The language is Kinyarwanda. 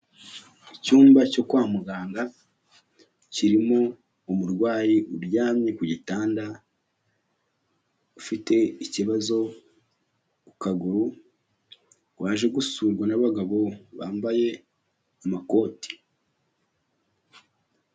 Icyumba cyo kwa muganga kirimo umurwayi uryamye ku gitanda, ufite ikibazo ku kaguru, waje gusurwa n'abagabo bambaye amakoti.